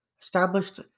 established